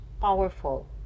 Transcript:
powerful